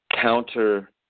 counter